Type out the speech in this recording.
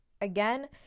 Again